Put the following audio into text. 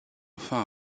enfin